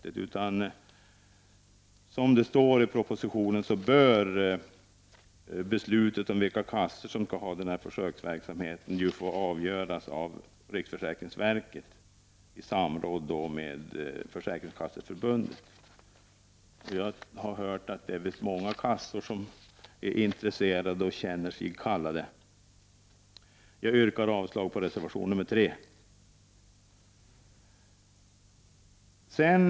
Enligt propositionen bör beslutet om vilka kassor som skall ha denna försöksverksamhet fattas av riksförsäkringsverket i samråd med Försäkringskasseförbundet. Jag har hört att det finns många kassor som är intresserade och känner sig kallade. Jag yrkar avslag på reservation nr 3.